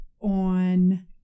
on